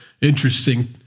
interesting